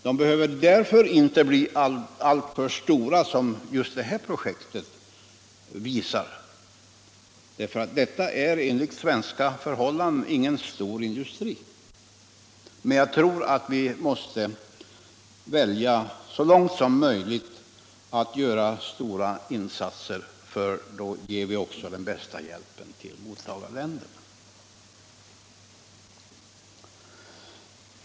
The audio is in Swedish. De behöver därför inte bli alltför stora, vilket just det här projektet visar. Det är nämligen enligt svenska förhållanden ingen storindustri. Jag tror emellertid att vi måste välja att så långt som möjligt göra stora insatser, för då ger vi den bästa hjälpen till mottagarländerna.